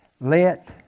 Let